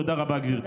תודה רבה, גברתי.